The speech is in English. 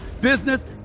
business